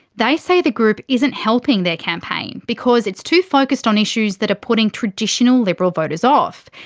they say the group isn't helping their campaign because it's too focused on issues that are putting traditional liberal voters off.